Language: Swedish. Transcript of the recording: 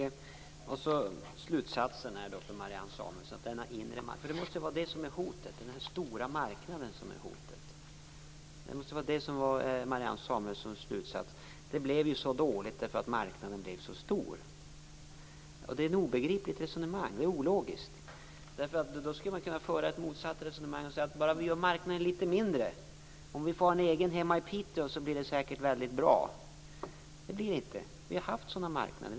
Fru talman! Slutsatsen för Marianne Samuelsson är att resultatet blev så dåligt därför att marknaden är så stor. Det måste vara denna stora inre marknad som är hotet. Det är ett obegripligt resonemang. Det är ologiskt. Då skulle man kunna säga att allt blir bra om man gör marknaderna litet mindre. Om vi får ha en egen marknad hemma i Piteå blir det säkert väldigt bra. Det blir det inte. Vi har haft sådana marknader.